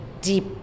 deep